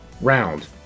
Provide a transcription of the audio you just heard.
round